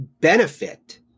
benefit